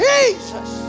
Jesus